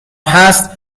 هست